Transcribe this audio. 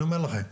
אני אומר לכם,